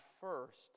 first